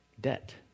debt